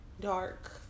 dark